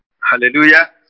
Hallelujah